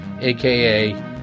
aka